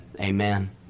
Amen